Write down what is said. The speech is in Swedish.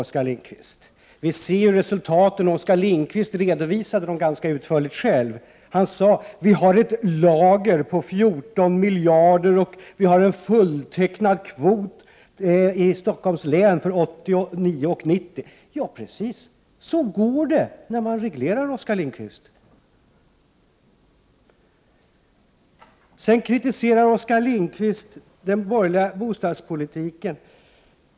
Oskar Lindkvist redovisade själv ganska utförligt de resultat som vi nu ser. Han sade att man har ett lager av låneärenden som uppgår till 14 miljarder och en fulltecknad kvot för åren 1988 och 1989 i Stockholms län. Så går det när man reglerar, Oskar Lindkvist. Sedan kritiserar Oskar Lindkvist den borgerliga bostadspolitiken.